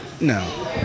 No